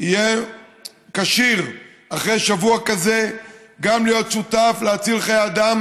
יהיה כשיר אחרי שבוע כזה גם להיות שותף להציל חיי אדם